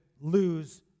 lose